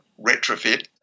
retrofit